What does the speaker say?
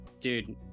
dude